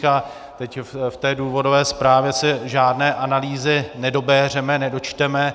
A teď v důvodové zprávě se žádné analýzy nedobéřeme, nedočteme.